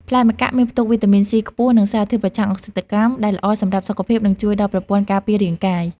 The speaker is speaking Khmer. ផ្លែម្កាក់មានផ្ទុកវីតាមីន C ខ្ពស់ និងសារធាតុប្រឆាំងអុកស៊ីតកម្ម ដែលល្អសម្រាប់សុខភាព និងជួយដល់ប្រព័ន្ធការពាររាងកាយ។